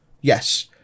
yes